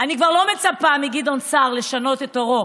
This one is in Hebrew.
אני כבר לא מצפה מגדעון סער לשנות את עורו,